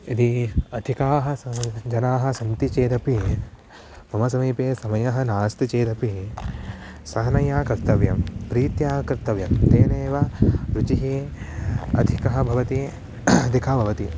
यदि अधिकाः स जनाः सन्ति चेदपि मम समीपे समयः नास्ति चेदपि सहजतया कर्तव्यं प्रीत्या कर्तव्यं तेनैव रुचिः अधिका भवति अधिका भवति